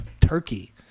turkey